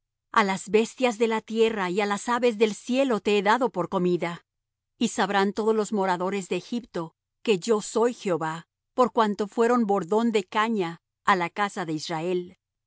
á las bestias de la tierra y á las aves del cielo te he dado por comida y sabrán todos los moradores de egipto que yo soy jehová por cuanto fueron bordón de caña á la casa de israel